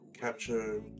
capture